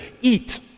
eat